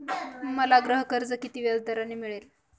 मला गृहकर्ज किती व्याजदराने मिळेल?